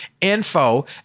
Info